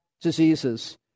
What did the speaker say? diseases